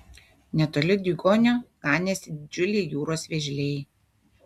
netoli diugonio ganėsi didžiuliai jūros vėžliai